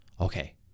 okay